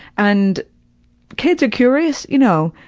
and kids are curious, you know,